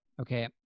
Okay